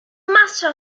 master